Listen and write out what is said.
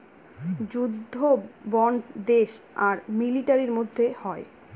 যুদ্ধ বন্ড দেশ আর মিলিটারির মধ্যে হয়